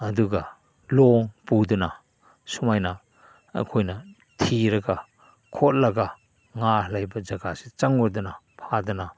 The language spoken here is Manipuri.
ꯑꯗꯨꯒ ꯂꯣꯡ ꯄꯨꯗꯨꯅ ꯁꯨꯃꯥꯏꯅ ꯑꯩꯈꯣꯏꯅ ꯊꯤꯔꯒ ꯈꯣꯠꯂꯒ ꯉꯥ ꯂꯩꯕ ꯖꯒꯥꯁꯦ ꯆꯪꯉꯨꯗꯅ ꯐꯥꯗꯅ